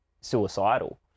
suicidal